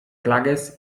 klages